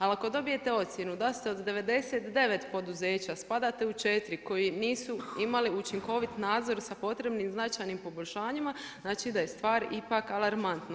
Ali ako dobijete ocjenu da od 99 poduzeća spadate u 4 koji nisu imali učinkovit nadzor sa potrebnim, značajnim poboljšanjima znači da je stvar ipak alarmantna.